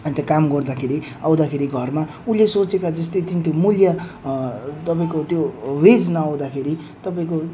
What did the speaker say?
अन्त काम गर्दाखेरि आउँदाखेरि घरमा उसले सोचेका जस्तो त्यो मूल्य तपाईँको त्यो वेज नआउँदाखेरि तपाईँको